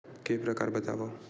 के प्रकार बतावव?